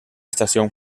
estación